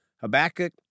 Habakkuk